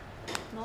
orh